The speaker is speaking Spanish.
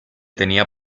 tenía